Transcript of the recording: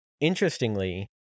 Interestingly